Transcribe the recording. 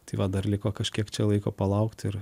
tai va dar liko kažkiek čia laiko palaukti ir